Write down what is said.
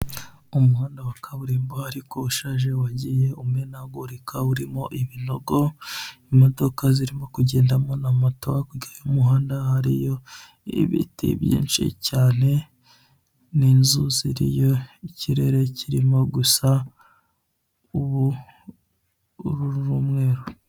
Umuhanda wa kaburimbo ariko ushaje, wagiye umenagurika urimo ibinogo, imodoka zirimo kugendamo na moto hakurya y'umuhanda hariyo ibiti byinshi cyane n'inzu ziriyo, ikirere kirimo gusa ubururu n'umweru.